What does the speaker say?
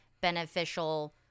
beneficial